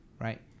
right